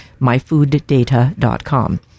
myfooddata.com